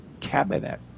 cabinet